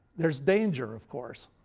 there's danger of course.